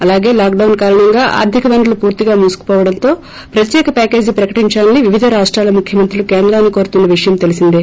అలాగే లాక్డౌన్ కారణంగా ఆర్థిక వనరులు పూర్తిగా మూసుకుపోవడంతో ప్రత్యక ప్యాకేజీ ప్రకటించాలని వివిధ రాష్టాల ముఖ్యమంత్రులు కేంద్రాన్ని కోరుతున్న విషయం తెలిసిందే